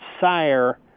sire